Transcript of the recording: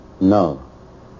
No